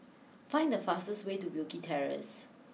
find the fastest way to Wilkie Terrace